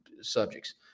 subjects